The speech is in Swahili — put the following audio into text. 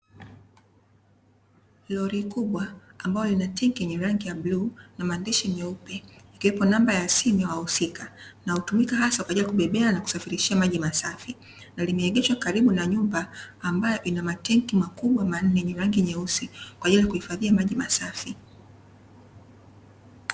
Lori kubwa ambalo lina tenki yenye rangi ya bluu na maandishi meupe ikiwepo namba ya simu ya wahusika .Na hutumika hasa kwaajili ya kubebea na kusafirishia maji masafi. Limeegeshwa karibu na nyumba ambayo ina matenki makubwa manne yenye rangi nyeusi kwaajili ya kuhifadhia maji safi